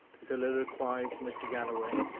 soliloquized mr. galloway.